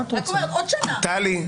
אני רק אומרת, עוד שנה --- טלי,